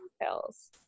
details